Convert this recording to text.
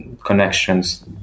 connections